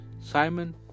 Simon